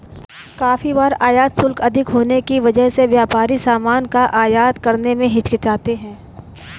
काफी बार आयात शुल्क अधिक होने की वजह से व्यापारी सामान का आयात करने में हिचकिचाते हैं